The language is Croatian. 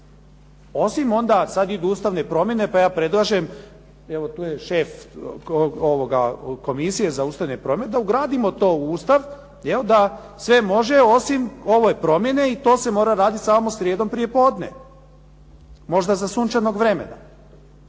Osim onda, sada idu ustavne promjene, pa ja predlažem evo tu je šef komisije za ustavne promjene, da ugradimo to u Ustav, je li, da se može osim ove promjene i to se mora raditi samo srijedom prijepodne, možda za sunčanog vremena.